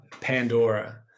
Pandora